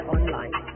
Online